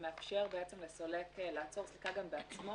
שמאפשר לסולק גם לעצור סליקה בעצמו?